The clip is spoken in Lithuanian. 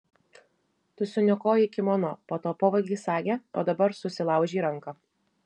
tu suniokojai kimono po to pavogei sagę o dabar susilaužei ranką